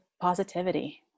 positivity